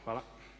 Hvala.